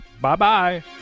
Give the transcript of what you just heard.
Bye-bye